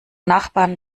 nachbarn